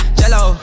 jello